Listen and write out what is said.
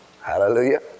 Hallelujah